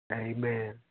Amen